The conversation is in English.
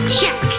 Check